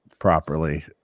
Properly